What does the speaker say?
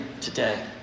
today